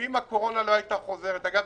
אם הקורונה לא הייתה חוזרת אגב,